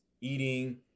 eating